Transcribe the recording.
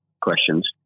questions